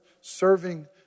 serving